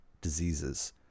diseases